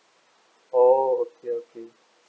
oh okay okay